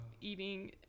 eating